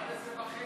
יש צום.